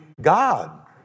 God